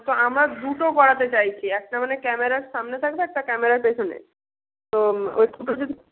তো আমরা দুটো করাতে চাইছি একটা মানে ক্যামেরার সামনে থাকবে একটা ক্যামেরার পেছনে তো ওই দুটো যদি